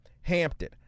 Hampton